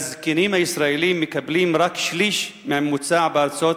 שהזקנים הישראלים מקבלים רק שליש מהממוצע בארצות